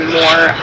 more